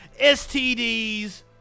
STDs